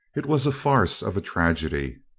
it was a farce of a tragedy.